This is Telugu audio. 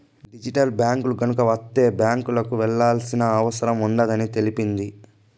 డిజిటల్ బ్యాంకులు గనక వత్తే బ్యాంకులకు వెళ్లాల్సిన అవసరం ఉండదని తెలిపింది